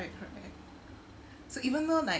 correct correct so even though like